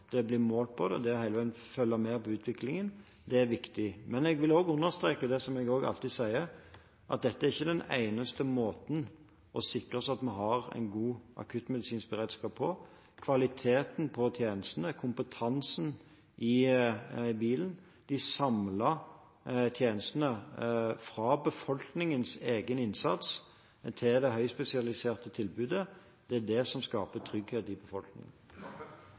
det å bli målt på det, hele tiden følge med på utviklingen, er viktig. Men jeg vil også understreke det som jeg alltid sier, at dette er ikke den eneste måten å sikre oss at vi har en god akuttmedisinsk beredskap på. Kvaliteten på tjenestene, kompetansen i bilen, de samlede tjenestene – fra befolkningens egen innsats til det høyspesialiserte tilbudet – er det som skaper trygghet i befolkningen.